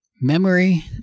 Memory